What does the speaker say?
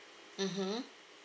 mmhmm